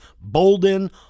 Bolden